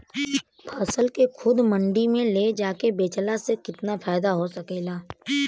फसल के खुद मंडी में ले जाके बेचला से कितना फायदा हो सकेला?